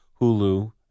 Hulu